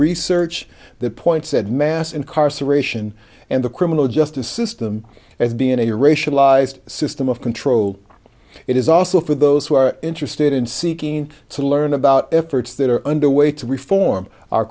research the point said mass incarceration and the criminal justice system as being a racialized system of control it is also for those who are interested in seeking to learn about efforts that are underway to reform our